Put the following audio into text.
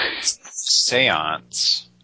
Seance